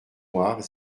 noire